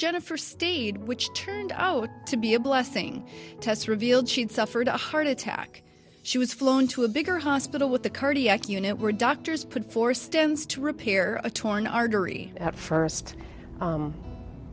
jennifer stayed which turned out to be a blessing test revealed she'd suffered a heart attack she was flown to a bigger hospital with a cardiac unit where doctors put four stones to repair a torn artery at first